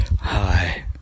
Hi